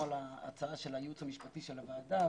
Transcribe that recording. על ההצעה של הייעוץ המשפטי של הוועדה,